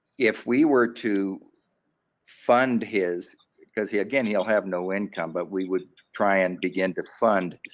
if we were to fund his because he again will have no income, but we would try and begin to fund